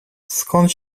skąd